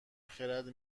خرد